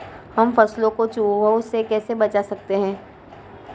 हम फसलों को चूहों से कैसे बचा सकते हैं?